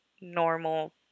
normal